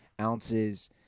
ounces